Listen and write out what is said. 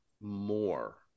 more